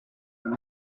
when